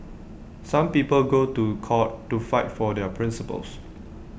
some people go to court to fight for their principles